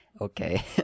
Okay